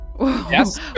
Yes